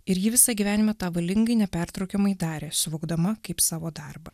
ir ji visą gyvenimą tą valingai nepertraukiamai darė suvokdama kaip savo darbą